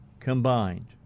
Combined